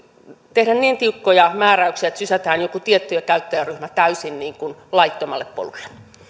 tehdä niin tiukkoja määräyksiä että sysätään joku tietty käyttäjäryhmä täysin laittomalle polulle